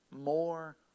more